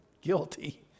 Guilty